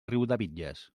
riudebitlles